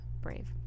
brave